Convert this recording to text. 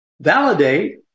validate